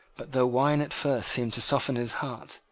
but though wine at first seemed to soften his heart,